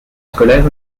scolaire